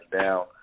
down